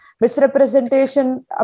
Misrepresentation